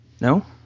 no